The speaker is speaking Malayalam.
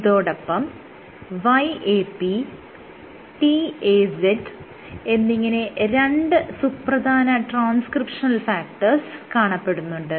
ഇതോടൊപ്പം YAP TAZ എന്നിങ്ങനെ രണ്ട് സുപ്രധാന ട്രാൻസ്ക്രിപ്ഷനൽ ഫാക്ടേഴ്സ് കാണപ്പെടുന്നുണ്ട്